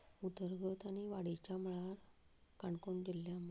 उदरगत आनी वाडीच्या मळार काणकोण जिल्ल्यांत मुखार